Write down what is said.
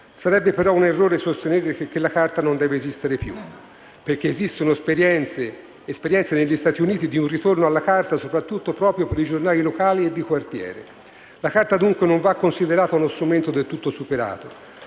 Sarebbe però un errore sostenere che la carta non deve esistere più, perché esistono esperienze negli Stati Uniti di un ritorno alla carta, soprattutto proprio per i giornali locali e di quartiere. La carta dunque non va considerata uno strumento del tutto superato,